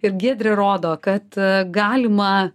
ir giedrė rodo kad galima